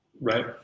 Right